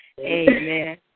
Amen